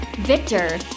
Victor